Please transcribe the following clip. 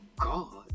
God